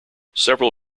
several